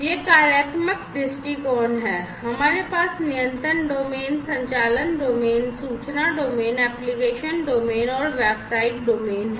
यह कार्यात्मक दृष्टिकोण है हमारे पास नियंत्रण डोमेन संचालन डोमेन सूचना डोमेन एप्लिकेशन डोमेन और व्यावसायिक डोमेन है